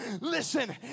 Listen